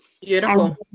Beautiful